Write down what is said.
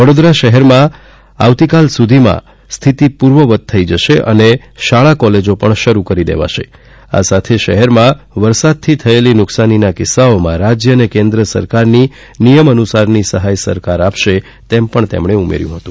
વડોદરા શહેરમાં આવતીકાલ સુધીમાં સ્થિતિ પૂર્વવત થઇ જશે અને શાળા કોલેજો પણ શરૂ કરી દેવાશે આ સાથે શહેરમાં વરસાદથી થયેલી નૂકશાનીના કિસ્સાઓમાં રાજ્ય અને કેન્દ્ર સરકારની નિયમાનુસારની સહાય સરકાર આપશે તેમ પણ મુખ્યમંત્રીશ્રીએ જણાવ્યું હતું